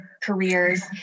careers